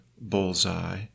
bullseye